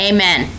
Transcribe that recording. Amen